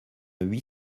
huit